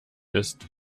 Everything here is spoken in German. ist